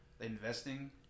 investing